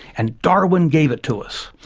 and darwin gave it to us.